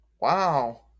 Wow